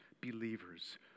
believers